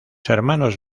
hermanos